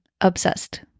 obsessed